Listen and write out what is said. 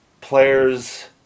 players